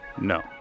No